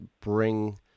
bring